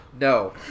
No